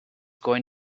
going